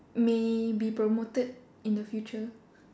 may be promoted in the future